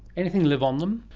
anything live on them?